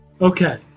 Okay